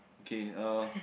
K uh